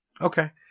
okay